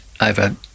over